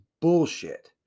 bullshit